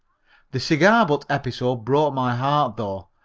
the cigar butt episode broke my heart though.